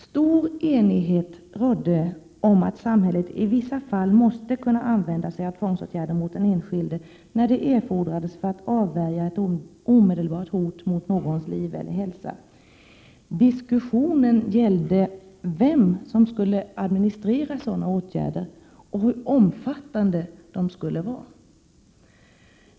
Stor enighet rådde om att samhället i vissa fall måste kunna använda sig av tvångsåtgärder mot den enskilde när det erfordrades för att avvärja ett omedelbart hot mot någons liv eller hälsa. Diskussionen gällde vem som skulle administrera sådana åtgärder och hur omfattande dessa skulle vara.